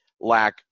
lack